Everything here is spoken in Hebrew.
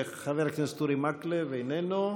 חבר הכנסת אורי מקלב, איננו.